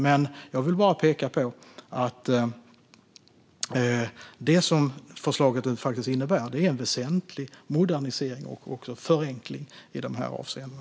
Men jag vill peka på att förslaget faktiskt innebär en väsentlig modernisering och förenkling i dessa avseenden.